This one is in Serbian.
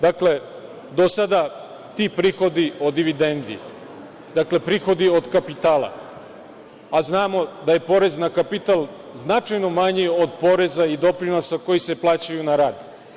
Dakle, do sada ti prihodi od dividendi, dakle, prihodi od kapitala, a znamo da je porez na kapital značajno manji od poreza i doprinosa koji se plaćaju na rad.